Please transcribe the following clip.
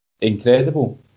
incredible